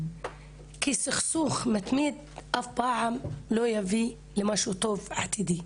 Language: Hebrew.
כי סכסוך מתמיד אף פעם לא יביא למשהו טוב עתידי,